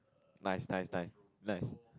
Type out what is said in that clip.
nice nice nice nice